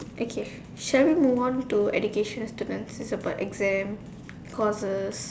okay shall we move on to education students it's about exams courses